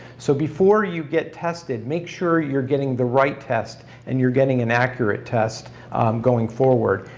so before you get tested make sure you're getting the right test and you're getting an accurate test going forward.